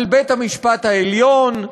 על בית-המשפט העליון,